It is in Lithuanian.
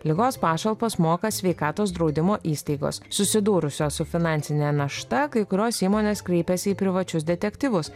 ligos pašalpas moka sveikatos draudimo įstaigos susidūrusios su finansine našta kai kurios įmonės kreipėsi į privačius detektyvus